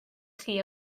chi